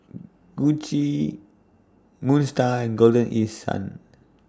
Gucci Moon STAR and Golden East Sun